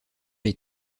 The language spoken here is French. les